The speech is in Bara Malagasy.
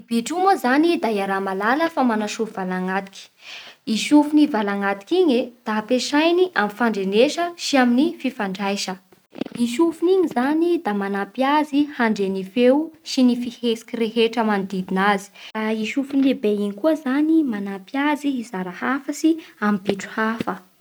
Bitro io moa zany da hiaraha-mahalala fa mana sofi valagnatiky. I sofiny valagnatiky igny e da ampiasainy amin'ny fandrenesa sy amin'ny fifandraisa. I sofiny igny zany da manampy azy handre ny feo sy ny fihetsiky rehetra manodidina azy. A i sofiny lehibe igny koa zany manampy azy hizara hafatsy amin'ny bitro hafa.